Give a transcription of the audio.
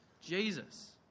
Jesus